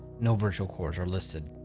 no virtual cores are listed.